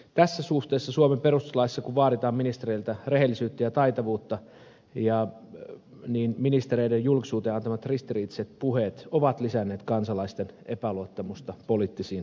tässä suhteessa kun suomen perustuslaissa vaaditaan ministereiltä rehellisyyttä ja taitavuutta ministereiden julkisuuteen antamat ristiriitaiset puheet ovat lisänneet kansalaisten epäluottamusta poliittisiin päättäjiin